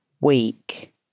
week